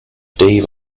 dave